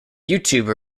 youtube